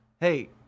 hey